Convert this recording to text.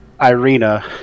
Irina